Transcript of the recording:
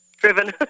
driven